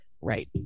Right